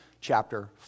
chapter